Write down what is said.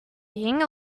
being